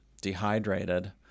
dehydrated